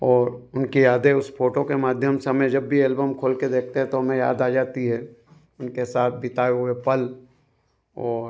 ओर उनकी यादें उस फोटो के माध्यम से हमें जब भी एल्बम खोल के देखते हैं तो हमें याद आ जाती है उनके साथ बिताए हुए पल और